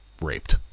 raped